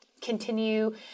Continue